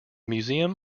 museum